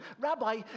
Rabbi